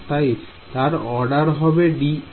তাই তার অর্ডার হবে dn